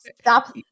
stop